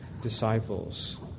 disciples